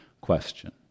question